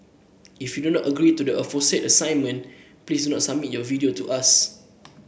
if you do not agree to the aforesaid assignment please do not submit your video to us